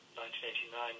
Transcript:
1989